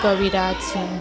કવિ રાજ સિંહ